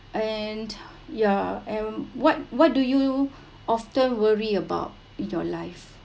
and ya and what what do you often worry about your life